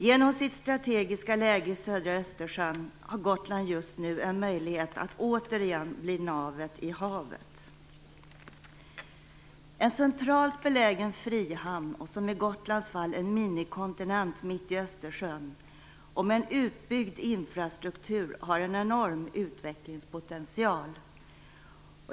Genom sitt strategiska läge i södra Östersjön har Gotland just nu en möjlighet att återigen bli navet i havet. En centralt belägen frihamn och, som i Gotlands fall, en minikontinent mitt i Östersjön med en utbyggd infrastruktur har en enorm utvecklingspotential.